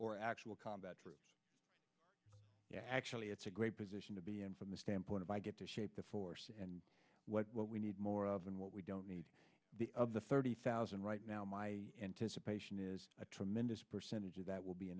or actual combat troops actually it's a great position to be in from the standpoint of i get to shape the force and what we need more of and what we don't need the of the thirty thousand right now my anticipation is a tremendous percentage of that will be